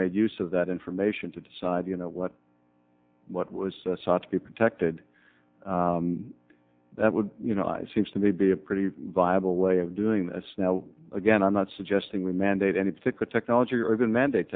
made use of that information to decide you know what what was sought to be protected that would you know i seems to be a pretty viable way of doing this now again i'm not suggesting we mandate any particular technology or even mandate